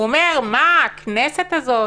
הוא אומר: מה, הכנסת הזאת.